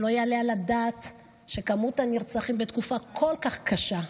לא יעלה על הדעת שכמות הנרצחים בתקופה כל כך קשה,